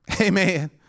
Amen